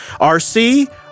RC